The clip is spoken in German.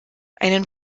einen